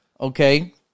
okay